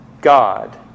God